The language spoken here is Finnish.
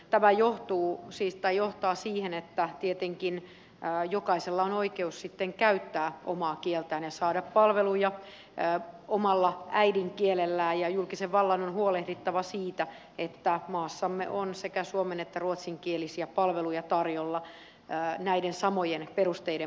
tämä johtaa siihen että tietenkin jokaisella on oikeus käyttää omaa kieltään ja saada palveluja omalla äidinkielellään ja julkisen vallan on huolehdittava siitä että maassamme on sekä suomen että ruotsinkielisiä palveluja tarjolla näiden samojen perusteiden mukaan